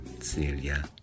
Celia